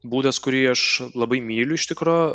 būdas kurį aš labai myliu iš tikro